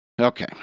okay